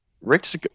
Rick's